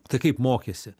tai kaip mokėsi